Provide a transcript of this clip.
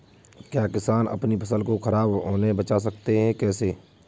क्या किसान अपनी फसल को खराब होने बचा सकते हैं कैसे?